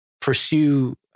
pursue